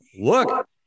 Look